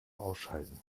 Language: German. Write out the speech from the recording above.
ausschalten